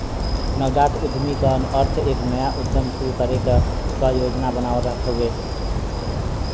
नवजात उद्यमी क अर्थ एक नया उद्यम शुरू करे क योजना बनावल हउवे